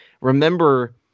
Remember